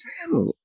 family